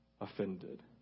offended